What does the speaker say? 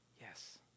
Yes